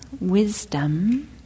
wisdom